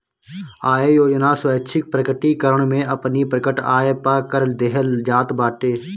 आय योजना स्वैच्छिक प्रकटीकरण में अपनी प्रकट आय पअ कर देहल जात बाटे